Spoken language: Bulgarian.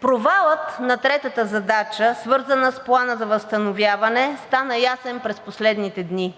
Провалът на третата задача, свързана с Плана за възстановяване, стана ясен през последните дни.